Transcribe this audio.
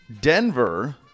Denver